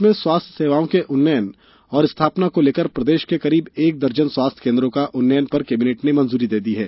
प्रदेश में स्वास्थ्य सेवाओं के उन्नयन और स्थापना को लेकर प्रदेश के करीब एक दर्जन स्वास्थ्य केंद्रों का उन्नयन पर कैबिनेट ने मंजूरी दे दी है